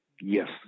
Yes